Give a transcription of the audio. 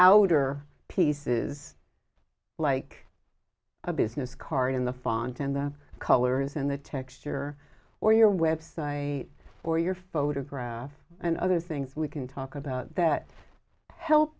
outer pieces like a business card in the font and the colors in the texture or your website or your photograph and other things we can talk about that he